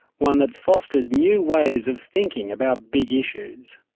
one that fosters new ways of thinking about big issues.